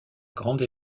grande